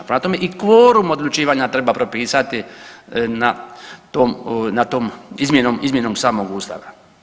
Prema tome i kvorum odlučivanja treba propisati na tom, izmjenom samog Ustava.